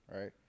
right